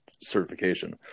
certification